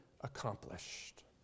accomplished